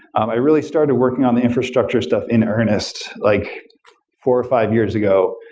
um i really started working on the infrastructure stuff in earnest like four or five years ago,